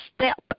step